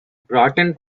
broughton